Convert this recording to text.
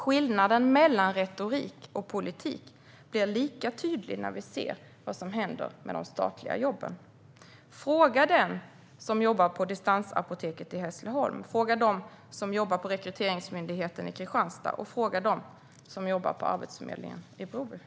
Skillnaden mellan retorik och politik blir lika tydlig när vi ser vad som händer med de statliga jobben. Fråga dem som jobbar på Distansapoteket i Hässleholm! Fråga dem som jobbar på Rekryteringsmyndigheten i Kristianstad, och fråga dem som jobbar på Arbetsförmedlingen i Broby!